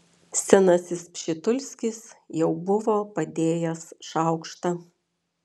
senasis pšitulskis jau buvo padėjęs šaukštą